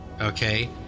okay